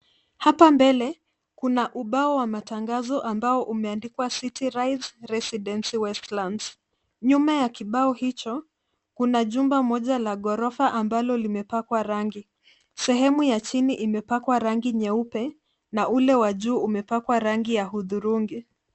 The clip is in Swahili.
Hapa mbele kuna ubao wa matangazo ambao umeandikwa city rise residency Westlands . Nyuma ya kibao hicho kuna jumba moja la ghorofa ambalo limepakwa rangi. Sehemu ya chini imepakwa rangi nyeupe na ule wa juu umepakwa rangi ya hudhurungi.